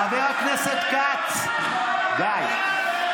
חבר הכנסת כץ, די.